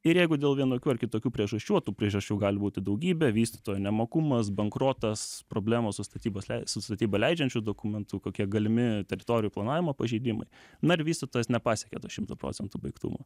ir jeigu dėl vienokių ar kitokių priežasčių o tų priežasčių gali būti daugybė vystytojų nemokumas bankrotas problemos su statybos su statybą leidžiančiu dokumentu kokie galimi teritorijų planavimo pažeidimai na ir vystytojas nepasiekė to šimto procentų baigtumo